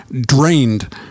drained